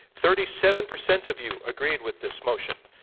thirty seven percent of you agreed with this motion.